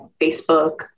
Facebook